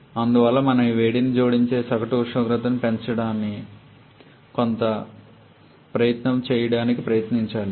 అందువల్ల మనము ఈ వేడిని జోడించే సగటు ఉష్ణోగ్రతను పెంచడానికి కొంత ప్రయత్నం చేయడానికి ప్రయత్నించాలి